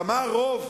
כמה רוב